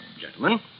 Gentlemen